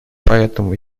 поэтому